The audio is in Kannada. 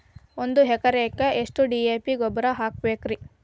ಒಂದು ಎಕರೆಕ್ಕ ಎಷ್ಟ ಡಿ.ಎ.ಪಿ ಗೊಬ್ಬರ ಹಾಕಬೇಕ್ರಿ?